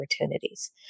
opportunities